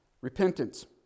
repentance